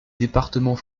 département